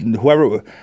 whoever